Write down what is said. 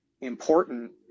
important